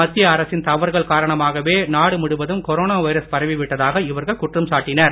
மத்திய அரசின் தவறுகள் காரணமாகவே நாடு முழுவதும் கொரோனா வைரஸ் பரவி விட்டதாக இவர்கள் குற்றம் சாட்டினர்